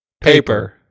paper